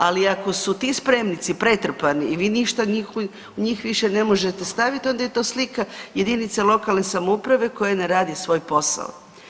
Ali ako su ti spremnici pretrpani i vi ništa u njih više ne možete staviti onda je to slika jedinice lokalne samouprave koja ne radi svoj posao.